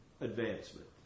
advancement